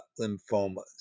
lymphomas